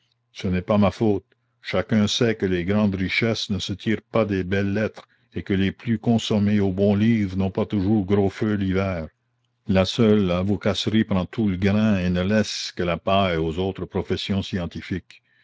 ce n'est pas ma faute chacun sait que les grandes richesses ne se tirent pas des belles-lettres et que les plus consommés aux bons livres n'ont pas toujours gros feu l'hiver la seule avocasserie prend tout le grain et ne laisse que la paille aux autres professions scientifiques